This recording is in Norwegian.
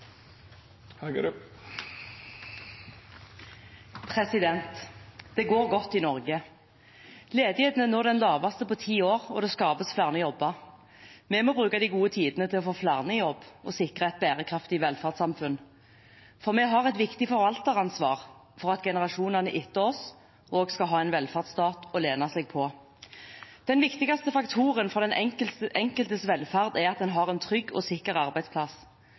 på. Det går godt i Norge. Ledigheten er nå den laveste på ti år, og det skapes flere jobber. Vi må bruke de gode tidene til å få flere i jobb og sikre et bærekraftig velferdssamfunn. For vi har et viktig forvalteransvar for at generasjonene etter oss også skal ha en velferdsstat å lene seg på. Den viktigste faktoren for den enkeltes velferd er at en har en trygg og sikker arbeidsplass.